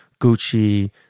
Gucci